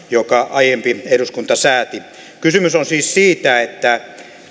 aiempi eduskunta sääti kysymys on siis siitä että